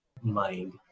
mind